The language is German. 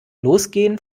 losgehen